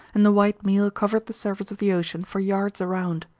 and the white meal covered the surface of the ocean for yards around.